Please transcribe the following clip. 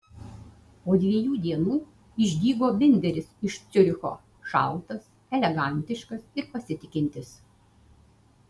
po dviejų dienų išdygo binderis iš ciuricho šaltas elegantiškas ir pasitikintis